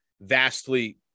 vastly